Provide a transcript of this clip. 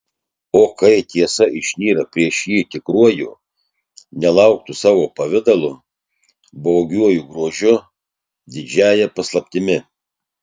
o kai tiesa išnyra prieš jį tikruoju nelauktu savo pavidalu baugiuoju grožiu didžiąja paslaptimi